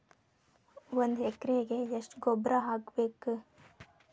ಒಂದ್ ಎಕರೆಗೆ ಎಷ್ಟ ಗೊಬ್ಬರ ಹಾಕ್ಬೇಕ್?